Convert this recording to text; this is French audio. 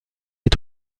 est